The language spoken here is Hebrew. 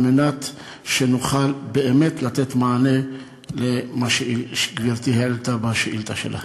על מנת שנוכל באמת לתת מענה למה שגברתי העלתה בשאילתה שלה.